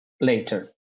later